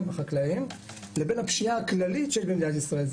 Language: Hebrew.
החקלאים לבין הפשיעה הכללית שיש במדינת ישראל,